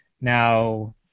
Now